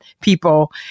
people